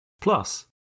Plus